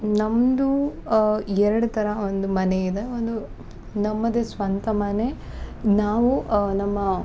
ನಮ್ಮದು ಎರಡು ಥರ ಒಂದು ಮನೆಯಿದೆ ಒಂದು ನಮ್ಮದೆ ಸ್ವಂತ ಮನೆ ನಾವು ನಮ್ಮ